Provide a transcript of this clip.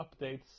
updates